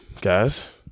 guys